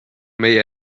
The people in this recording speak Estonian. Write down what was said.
meie